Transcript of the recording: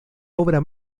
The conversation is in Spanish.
obra